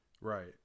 Right